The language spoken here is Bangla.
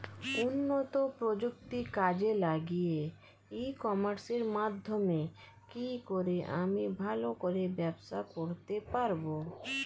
উন্নত প্রযুক্তি কাজে লাগিয়ে ই কমার্সের মাধ্যমে কি করে আমি ভালো করে ব্যবসা করতে পারব?